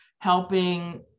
helping